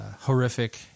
horrific